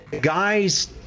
guys